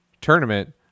tournament